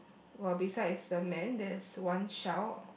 while besides the man there's one shell